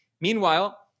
Meanwhile